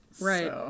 right